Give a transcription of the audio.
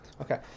okay